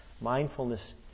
Mindfulness